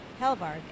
helvard